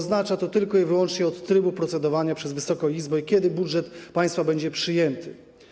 Zależy tylko i wyłącznie od trybu procedowania przez Wysoką Izbę, kiedy budżet państwa będzie przyjęty.